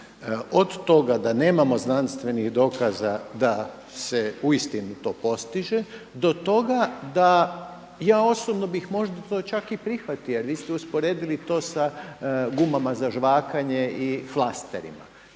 Od toga da nemamo znanstvenih dokaza da se uistinu to postiže, do toga da ja osobno bih možda to čak i prihvatio, jer vi ste usporedili to sa gumama za žvakanje i flasterima.